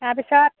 তাৰপিছত